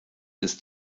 ist